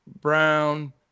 Brown